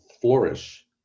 flourish